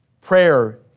prayer